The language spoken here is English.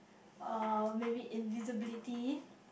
uh maybe invisibility